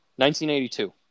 1982